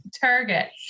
target